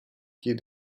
quais